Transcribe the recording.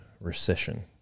recession